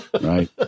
Right